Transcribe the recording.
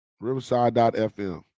Riverside.fm